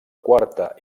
quarta